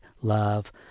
love